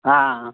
हा